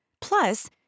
Plus